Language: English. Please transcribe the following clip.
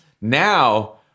Now